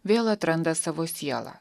vėl atranda savo sielą